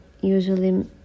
usually